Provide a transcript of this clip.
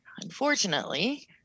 unfortunately